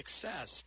success